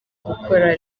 gukora